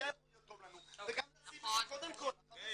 ההמפ הוא --- יכול להיות טוב לנו וגם ל-CBD קודם כל ----- יובל,